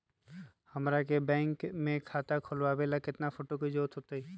हमरा के बैंक में खाता खोलबाबे ला केतना फोटो के जरूरत होतई?